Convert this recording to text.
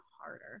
harder